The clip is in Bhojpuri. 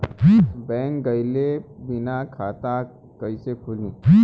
बैंक गइले बिना खाता कईसे खुली?